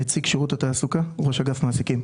נציג שירות התעסוקה, ראש אגף מעסיקים.